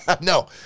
No